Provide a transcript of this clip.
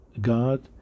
God